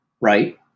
right